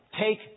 take